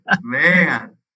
man